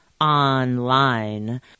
online